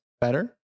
better